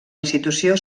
institució